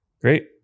great